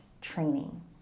training